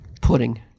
pudding